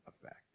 effect